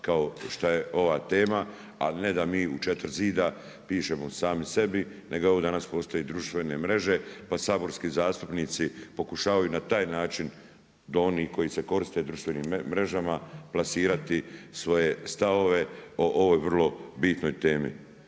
kao što je ova tema, a ne da mi u četiri zida pišemo sami sebi, nego evo danas postoje društvene mreže pa saborski zastupnici pokušavaju na taj način do onih koji se koriste društvenim mrežama plasirati svoje stavove o ovoj vrlo bitnoj temi.